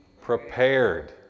prepared